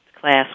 class